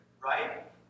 right